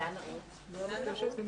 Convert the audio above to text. הישיבה ננעלה בשעה